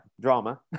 drama